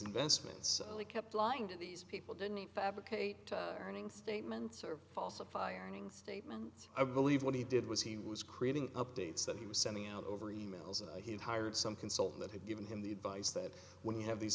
investments only kept lying to these people didn't fabricate earning statements or falsify earning statements i believe what he did was he was creating updates that he was sending out over emails and he had hired some consulting that had given him the advice that when you have these